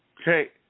Okay